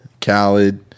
Khaled